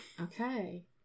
Okay